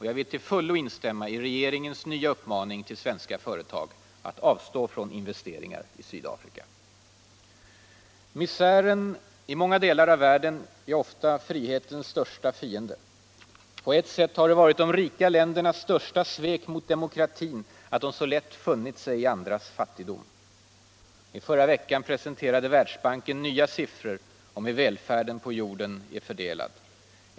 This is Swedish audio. Jag vill till fullo instämma i regeringens nya uppmaning till svenska företag att avstå från investeringar i Sydafrika. Misären i många delar av världen är ofta frihetens största fiende. På ett sätt har det varit de rika ländernas största svek mot demokratin att de så lätt har funnit sig i andras fattigdom. I förra veckan presenterade Världsbanken nya siffror om hur välfärden på jorden är fördelad.